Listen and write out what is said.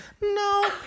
No